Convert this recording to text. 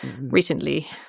recently